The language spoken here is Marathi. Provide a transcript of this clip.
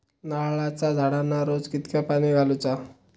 नारळाचा झाडांना रोज कितक्या पाणी घालुचा?